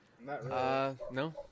No